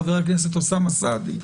חבר הכנסת אוסאמה סעדי,